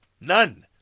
None